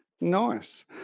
Nice